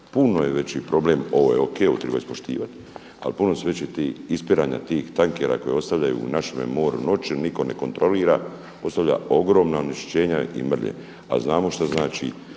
puno je veći problem. Ovo je u redu, ovo treba ispoštovati ali puno su veća ispiranja tih tankera koji ostavljaju u našem moru noću, nitko ne kontrolira, ostavljaju ogromna onečišćenja i mrlje a znamo šta znači